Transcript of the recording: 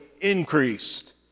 increased